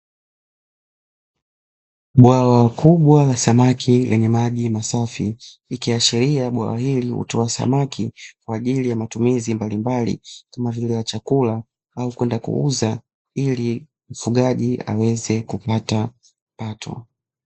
Bwawa kubwa la samaki lenye maji masafi, likiashiria bwawa hili hutoa samaki kwa ajili ya matumizi mbalimbali kama vile, ya chakula au kwenda kuuza ili mfugaji aweze kupata kipato.